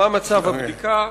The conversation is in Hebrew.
מה מצב הבדיקה?